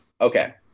Okay